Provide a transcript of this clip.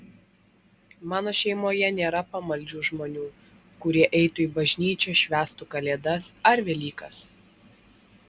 mano šeimoje nėra pamaldžių žmonių kurie eitų į bažnyčią švęstų kalėdas ar velykas